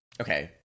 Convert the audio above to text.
Okay